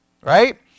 right